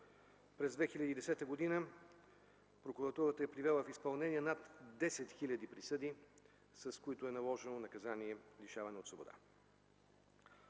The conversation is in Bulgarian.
През 2010 г. прокуратурата е привела в изпълнение над 10 хиляди присъди, с които е наложено наказание „лишаване от свобода”.